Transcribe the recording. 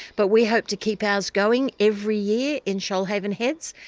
but we hope to keep ours going every year in shoalhaven heads.